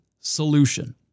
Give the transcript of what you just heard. solution